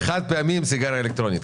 פחית קולה על החברה.